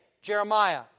Jeremiah